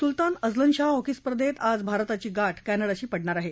सुलतान Azlan Shah hockey स्पर्धेत आज भारताची गाठ कॅनडाशी पडणार आहे